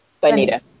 Bonita